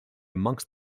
amongst